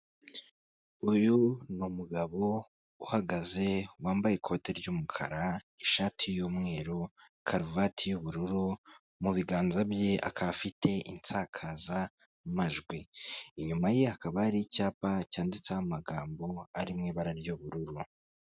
Uyu ni umugabo uhagaze wambaye ikoti ry'umukara, ishati y'umweru, karuvati y'ubururu, mu biganza bye akaba afite insakazamajwi, inyuma ye hakaba hari icyapa cyanditseho amagambo ari mu ibara ry'ubururu.